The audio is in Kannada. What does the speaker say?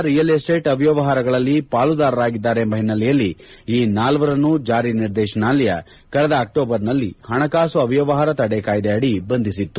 ರಿಯಲ್ ಎಸ್ಟೇಟ್ ಅವ್ಡವಹಾರಗಳಲ್ಲಿ ಪಾಲುದಾರರಾಗಿದ್ದಾರೆ ಎಂಬ ಹಿನ್ನೆಲೆಯಲ್ಲಿ ಈ ನಾಲ್ವರನ್ನು ಜಾರಿ ನಿರ್ದೇಶನಾಲಯ ಕಳೆದ ಅಕ್ಟೋಬರ್ನಲ್ಲಿ ಹಣಕಾಸು ಅವ್ಚವಹಾರ ತಡೆ ಕಾಯ್ದೆ ಅಡಿ ಬಂಧಿಸಿತ್ತು